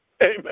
Amen